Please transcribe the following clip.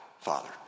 Father